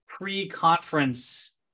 pre-conference